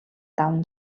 даван